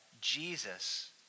Jesus